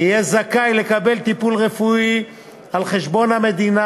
יהיה זכאי לקבל טיפול רפואי על חשבון המדינה,